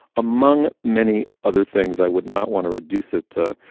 among many other things. i would not want to reduce it to